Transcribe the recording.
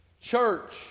church